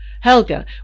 Helga